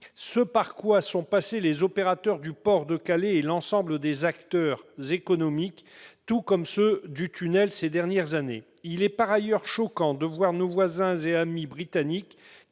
ici par quoi sont passés les opérateurs du port de Calais et l'ensemble des acteurs économiques tout comme ceux du tunnel ces dernières années. Il est par ailleurs choquant de voir que nos voisins et amis britanniques